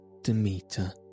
Demeter